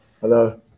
Hello